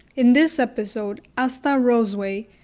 in this episode, asta roseway,